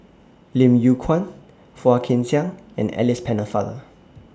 Lim Yew Kuan Phua Kin Siang and Alice Pennefather